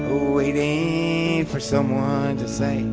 waiting for someone to say